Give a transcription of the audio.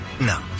No